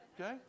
okay